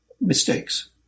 mistakes